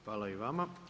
Hvala i vama.